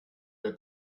der